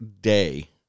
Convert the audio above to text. Day